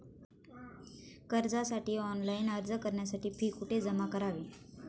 कर्जासाठी ऑनलाइन अर्ज करण्यासाठी फी कुठे जमा करावी?